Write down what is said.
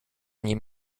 nim